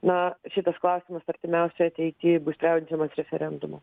na šitas klausimas artimiausioj ateity bus sprendžiamas referendumu